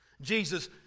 Jesus